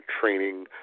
training